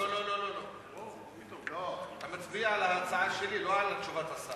לא, לא, אתה מצביע על ההצעה שלי, לא על תשובת השר.